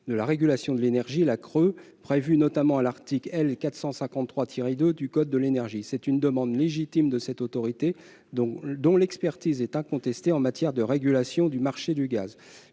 de régulation de l'énergie, prévus notamment à l'article L. 453-2 du code de l'énergie. Il s'agit d'une demande légitime de cette autorité, dont l'expertise est incontestée en matière de régulation du marché du gaz.